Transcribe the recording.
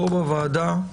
פה בוועדה,